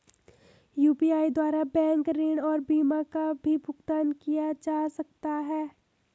UPI द्वारा bank ऋण और बीमा का भी भुगतान किया जा सकता है?